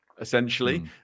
essentially